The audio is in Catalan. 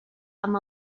amb